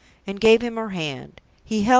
and gave him her hand.